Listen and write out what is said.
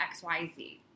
XYZ